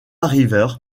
river